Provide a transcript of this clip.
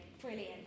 brilliant